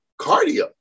cardio